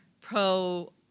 pro